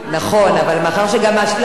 אבל מאחר שגם השלב הזה עבר,